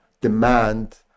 demand